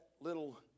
little